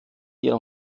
ihrer